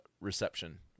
reception